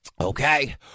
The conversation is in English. Okay